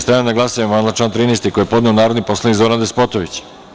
Stavljam na glasanje amandman na član 13. koji je podneo narodni poslanik Zoran Despotović.